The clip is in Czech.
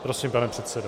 Prosím, pane předsedo.